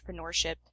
entrepreneurship